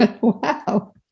Wow